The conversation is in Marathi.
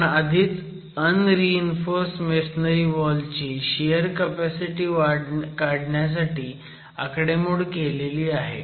आपण आधीच अनरीइन्फोर्स मेसनरी वॉल ची शियर कपॅसिटी काढण्यासाठी आकडेमोड केलेली आहे